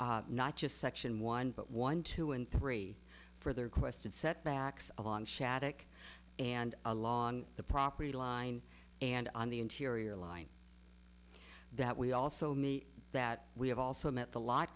not just section one but one two and three further question setbacks on shattuck and along the property line and on the interior line that we also mean that we have also met the lot